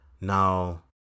now